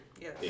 Yes